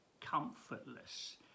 comfortless